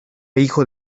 hijo